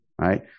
right